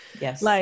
Yes